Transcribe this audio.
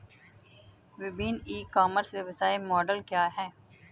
विभिन्न e commerce व्यवसाय model क्या हैं?